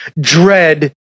dread